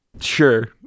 Sure